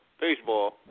baseball